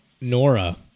Nora